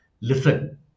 listen